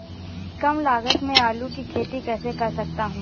कम लागत में आलू की खेती कैसे कर सकता हूँ?